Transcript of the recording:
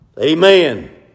Amen